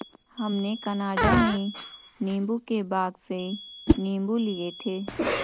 हमने कनाडा में नींबू के बाग से नींबू लिए थे